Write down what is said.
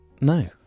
No